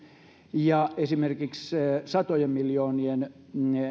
ja satojen miljoonien